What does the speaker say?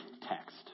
text